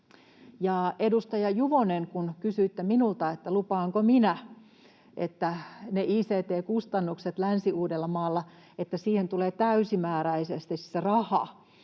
edustaja Juvonen, kun kysyitte minulta, lupaanko minä, että niihin ict-kustannuksiin Länsi-Uudellamaalla tulee täysimääräisesti se raha